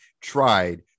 Tried